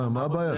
מה הבעיה?